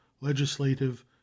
legislative